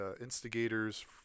instigators